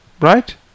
right